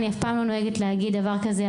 אני אף פעם לא נוהגת להגיד דבר כזה,